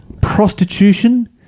prostitution